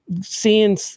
seeing